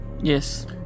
Yes